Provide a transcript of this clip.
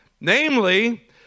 namely